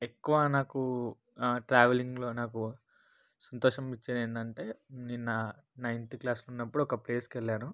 ఎక్కువ నాకు ట్రావెలింగ్లో నాకు సంతోషం ఇచ్చేదేందంటే నేను నా నైన్త్ క్లాసున్నప్పుడు ఒక ప్లేస్కెళ్ళాను